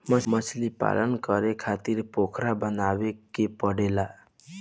मछलीपालन करे खातिर पोखरा बनावे के पड़ेला